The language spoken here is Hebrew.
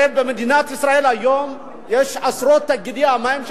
הרי במדינת ישראל היום יש עשרות תאגידי מים.